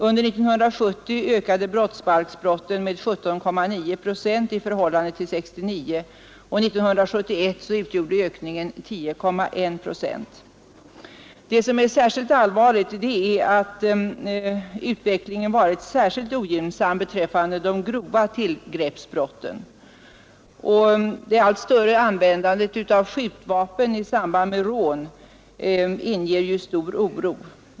Under 1970 ökade brottsbalksbrotten med 17,9 procent jämfört med 1969, och 1971 utgjorde ökningen 10,1 procent. Speciellt allvarligt är att utvecklingen har varit mest ogynnsam när det gäller de grova tillgreppsbrotten, och den allt större användningen av skjutvapen i samband med rån inger också stor oro.